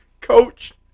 Coach